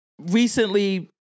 recently